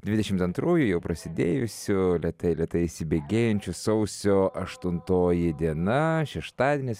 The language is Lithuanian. dvidešimt antrųjų jau prasidėjusių lėtai lėtai įsibėgėjančių sausio aštuntoji diena šeštadienis